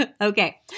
Okay